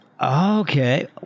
Okay